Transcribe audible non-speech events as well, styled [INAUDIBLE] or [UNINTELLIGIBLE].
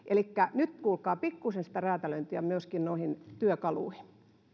[UNINTELLIGIBLE] elikkä nyt kuulkaa pikkuisen sitä räätälöintiä myöskin noihin työkaluihin